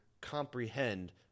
comprehend